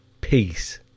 Peace